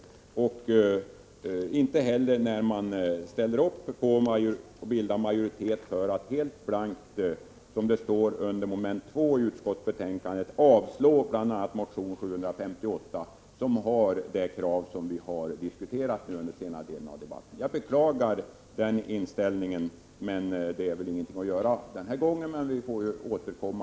Inte heller känner jag igen vpk när vpk ställer upp och bildar majoritet för att helt blankt, som det står under mom. 2 i utskottsbetänkandet, avslå bl.a. motion 758, vilken framför de krav som vi har diskuterat under den senare delen av debatten. Jag beklagar den inställningen, men det är väl inget att göra åt den här gången. Vi får återkomma.